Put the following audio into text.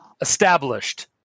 established